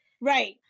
Right